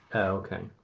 oh, ok.